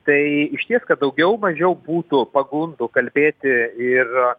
tai išties kad daugiau mažiau būtų pagundų kalbėti ir